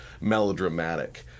melodramatic